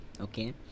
Okay